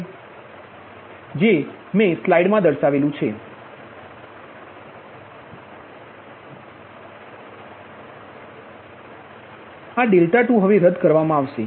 k 2 છે તેથી V2 તે ખરેખર V2નો વર્ગ હશે